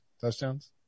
touchdowns